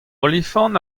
olifant